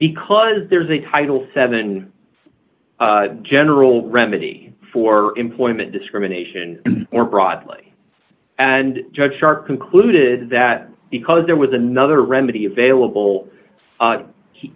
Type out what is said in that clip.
because there's a title seven general remedy for employment discrimination more broadly and judge starr concluded that because there was another remedy available